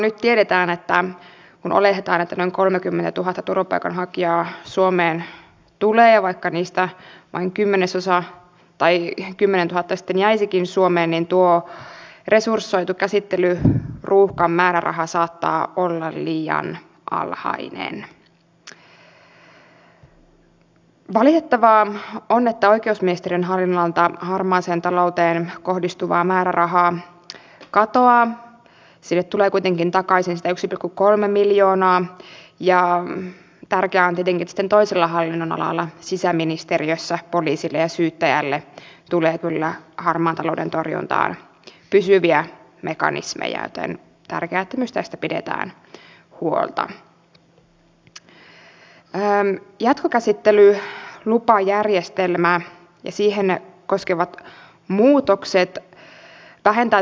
olisi hyvä että myös hallituspuolueiden edustajat tämän muistaisivat kun nyt näitä uusia hankkeita ja uusia perusparannuksia paljon myös täällä viljellään mikä on kyllä todella hyvä asia koska tässä taloudellisessa tilanteessa olisi varmaan järkevää että oikeusministeriön hallinnon tai harmaaseen talouteen kohdistuvaa niissä asioissa missä suomi pystyisi käyttämään omaa vipuvarttaan julkisella rahalla ja pystyisi myös aktivoimaan sitä yksityistä rahaa erilaisiin investointeihin kaikki mahdollisuudet käytettäisiin mukaan lukien se että aktiivisesti haetaan esimerkiksi näihin tentverkoston hankkeisiin rahoitusta euroopan unionilta